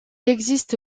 existe